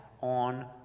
on